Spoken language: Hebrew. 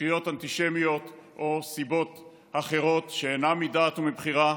תקריות אנטישמיות או סיבות אחרות שאינן מדעת ומבחירה,